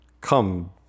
come